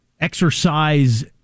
exercise